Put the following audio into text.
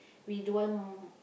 we don't want